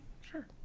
Sure